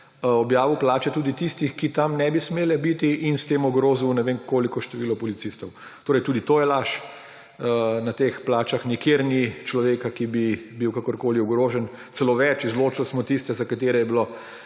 objavil plače tudi tistih, ki tam ne bi smele biti, in s tem ogrozil ne vem koliko število policistov. Torej tudi to je laž. Na teh plačah nikjer ni človeka, ki bi bil kakorkoli ogrožen, celo več, izločili smo tiste za katere je bilo